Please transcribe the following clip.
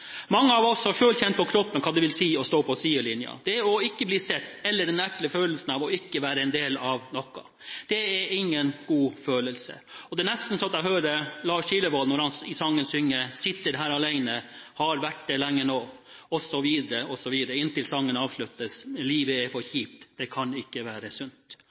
Mange av oss har selv kjent på kroppen hva det vil si å stå på sidelinjen – det å ikke bli sett eller ha den ekle følelsen av å ikke være en del av noe. Det er ingen god følelse. Det er nesten så jeg hører Lars Kilevold når han i sangen synger «Sitter her aleine, har vært det lenge nå» osv., osv., inntil sangen avsluttes med: «Livet er for kjipt, det kan‘ke være sunt».